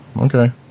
okay